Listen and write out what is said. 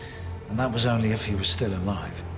and that was only if he was still alive.